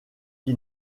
qui